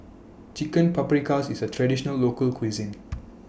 Chicken Paprikas IS A Traditional Local Cuisine